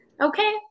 Okay